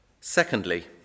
Secondly